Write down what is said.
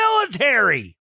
military